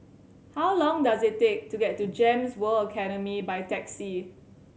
how long does it take to get to GEMS World Academy by taxi